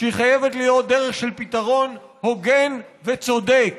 שהיא חייבת להיות דרך של פתרון הוגן וצודק,